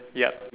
ya